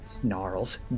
snarls